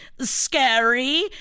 scary